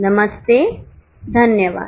नमस्ते धन्यवाद